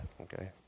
Okay